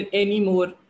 anymore